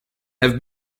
have